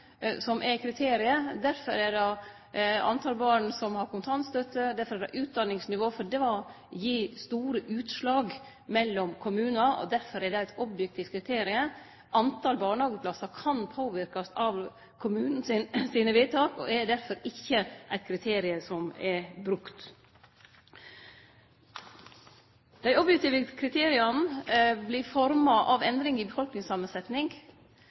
som er kriteriet, for eksempel talet på barn som har kontantstøtte, og det gjeld utdanningsnivå – for dette gir store utslag mellom kommunar. Derfor er det eit objektivt kriterium. Talet på barnehageplassar kan påverkast av kommunen sine vedtak og er derfor ikkje eit kriterium som er brukt. Dei objektive kriteria blir forma av endring i